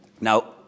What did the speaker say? Now